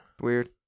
Weird